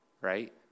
right